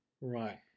Right